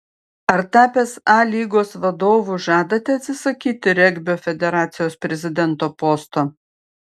ar tapęs a lygos vadovu žadate atsisakyti regbio federacijos prezidento posto